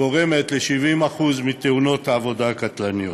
גורמת ל-70% מתאונות העבודה הקטלניות.